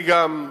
אני גם,